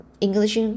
English